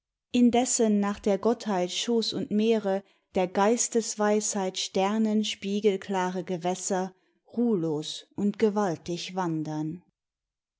indessen nach der gottheit schoß und meere der geistesweisheit sternenspiegelklare gewässer ruhlos und gewaltig wandern